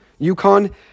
UConn